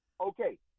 Okay